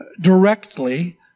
Directly